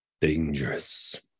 Dangerous